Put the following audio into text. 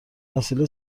وسیله